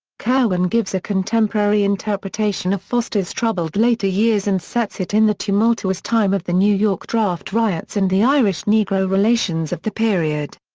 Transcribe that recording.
kirwan gives a contemporary interpretation of foster's troubled later years and sets it in the tumultuous time of the new york draft riots and the irish-negro relations of the period.